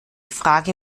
frage